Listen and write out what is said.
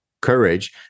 courage